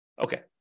Okay